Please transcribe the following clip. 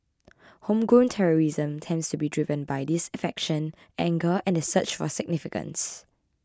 homegrown terrorism tends to be driven by disaffection anger and the search for significance